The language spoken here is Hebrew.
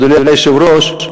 אדוני היושב-ראש.